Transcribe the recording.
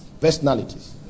personalities